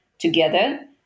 together